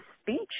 speech